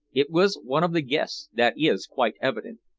it was one of the guests, that is quite evident.